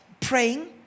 praying